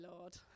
Lord